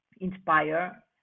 inspire